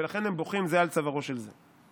ולכן הם בוכים זה על צווארו של זה.